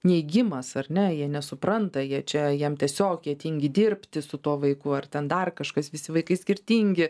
neigimas ar ne jie nesupranta jie čia jam tiesiog jie tingi dirbti su tuo vaiku ar ten dar kažkas visi vaikai skirtingi